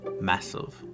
massive